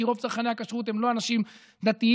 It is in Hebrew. כי רוב צרכני הכשרות הם לא אנשים דתיים